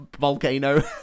volcano